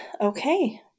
Okay